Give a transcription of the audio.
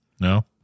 No